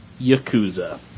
Yakuza